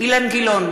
אילן גילאון,